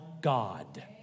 God